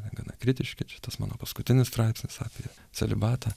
gana kritiški čia tas mano paskutinis straipsnis apie celibatą